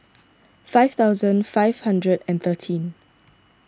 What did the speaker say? five thousand five hundred and thirteen